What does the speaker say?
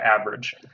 average